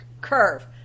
curve